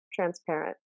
transparent